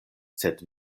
sed